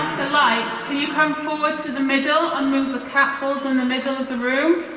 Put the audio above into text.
the light can you come forward to the middle and move the cat balls in the middle of the room?